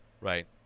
Right